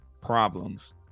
problems